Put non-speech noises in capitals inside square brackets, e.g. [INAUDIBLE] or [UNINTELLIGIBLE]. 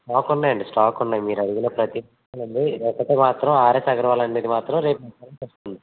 stock ఉన్నాయి stock ఉన్నాయి మీరు అడిగిన ప్రతి [UNINTELLIGIBLE] ఇది ఒక్కటి మాత్రం ఆర్ఎస్ అగర్వాల్ అనేది మాత్రం రేపు మధ్యాహ్నానికి వస్తుంది